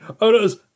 Odo's